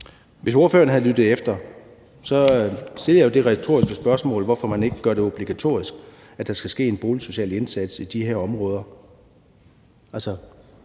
Hvis ordføreren havde lyttet efter, stillede jeg et retorisk spørgsmål om, hvorfor man ikke gør det obligatorisk, at der skal ske en boligsocial indsats i de her områder,